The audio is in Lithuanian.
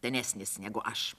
senesnis negu aš